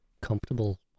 comfortable